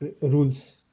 rules